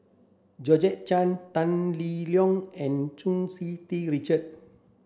Georgette Chen Tan Lee Leng and Hu Tsu Tau Richard